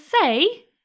say